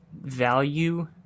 value